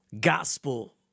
gospel